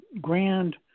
grand